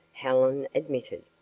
helen admitted.